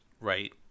Right